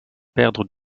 perdre